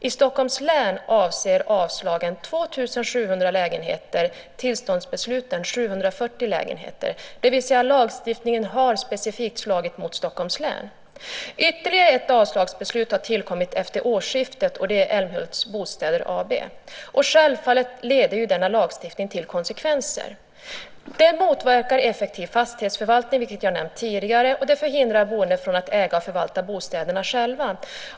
I Stockholms län avser avslagen 2 700 lägenheter, tillståndbesluten 740 lägenheter. Det vill säga att lagstiftningen har specifikt slagit mot Stockholms län. Ytterligare ett avslagsbeslut har tillkommit efter årsskiftet. Det är Älmhults Bostäder AB. Självfallet leder denna lagstiftning till konsekvenser. Den motverkar effektiv fastighetsförvaltning, vilket jag har nämnt tidigare, och den förhindrar boende från att äga och förvalta bostäderna själva.